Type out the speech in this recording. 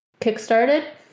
kickstarted